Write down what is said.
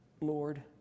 Lord